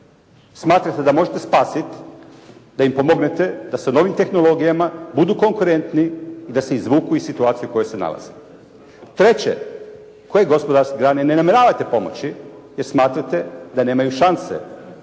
smatrate da možete spasit, da im pomognete da sa novim tehnologijama budemo konkurentni i da se izvuku iz situacije u kojoj se nalaze. Treće, koje gospodarske grane ne namjeravate pomoći jer smatrate da nemaju šanse